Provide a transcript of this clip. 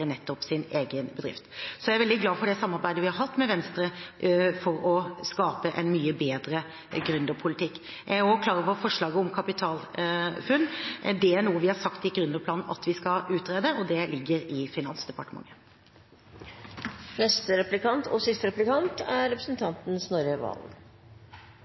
nettopp sin egen bedrift. Jeg er veldig glad for det samarbeidet vi har hatt med Venstre for å skape en mye bedre gründerpolitikk. Jeg er også klar over forslaget om KapitalFUNN. Det er noe vi har sagt i gründerplanen at vi skal utrede, og det ligger i Finansdepartementet. Trontalen var preget av mye dysterhet, synes jeg, og